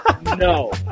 No